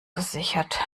gesichert